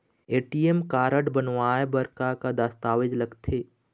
ATM card बनवाए बर का का दस्तावेज लगथे?